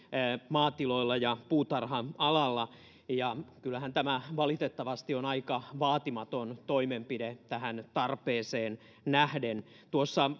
maatiloilla ja puutarha alalla ja kyllähän tämä valitettavasti on aika vaatimaton toimenpide tähän tarpeeseen nähden tuossa